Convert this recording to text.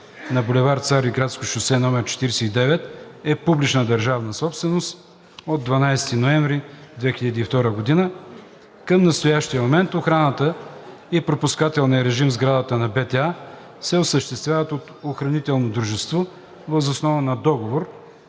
бул. „Цариградско шосе“ № 49, е публична държавна собственост от 12 ноември 2002 г. Към настоящия момент охраната и пропускателният режим в сградата на БТА се осъществяват от охранително дружество въз основа на договор,